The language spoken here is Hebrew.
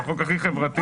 זה החוק הכי חברתי.